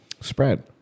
spread